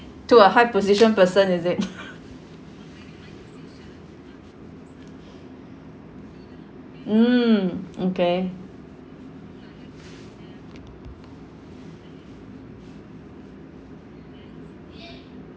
to a high position person is it mm okay